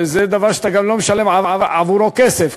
זה דבר שאתה גם לא משלם עבורו כסף,